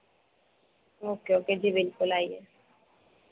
okay okay जी बिल्कुल आइए